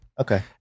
okay